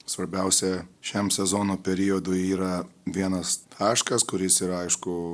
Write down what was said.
svarbiausia šiam sezono periodui yra vienas taškas kuris yra aišku